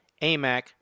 amac